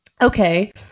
Okay